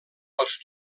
als